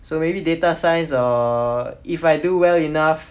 so maybe data science or if I do well enough